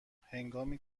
هنگامی